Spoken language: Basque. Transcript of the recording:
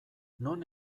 non